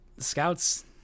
scouts